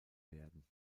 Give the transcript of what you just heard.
werden